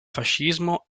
fascismo